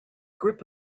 grip